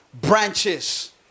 branches